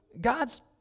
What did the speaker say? God's